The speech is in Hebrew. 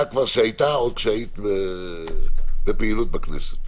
שכבר הייתה עוד כשהיית בפעילות בכנסת.